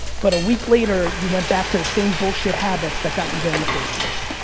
but a week later you went back to the same bullshit habits that got you there in the first place.